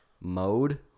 mode